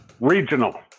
Regional